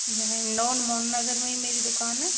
यहाँ हिंडोन मोहन नगर में ही मेरी दुकान है